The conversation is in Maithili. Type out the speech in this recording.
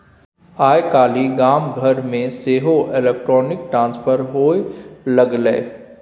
आय काल्हि गाम घरमे सेहो इलेक्ट्रॉनिक ट्रांसफर होए लागलै